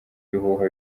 bihuha